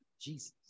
Jesus